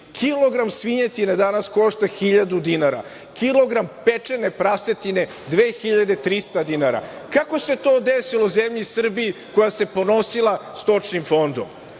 kilogram svinjetine košta danas hiljadu dinara, kilogram pečene prasetine 2.300 dinara. Kako se to desilo u zemlji Srbiji koja se ponosila stočnim fondom? Šta